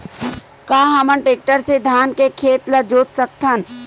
का हमन टेक्टर से धान के खेत ल जोत सकथन?